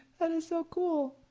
and and so cool.